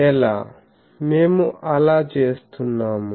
ఎలా మేము అలా చేస్తున్నాము